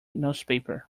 newspaper